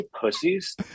pussies